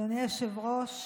אדוני היושב-ראש,